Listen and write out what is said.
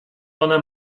one